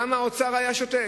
גם אז האוצר היה שותק,